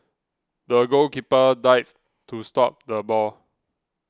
the goalkeeper dived to stop the ball